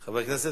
השיפוטיים.